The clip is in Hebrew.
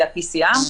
זה ה-PCR,